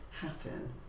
happen